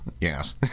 yes